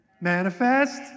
Manifest